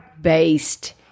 based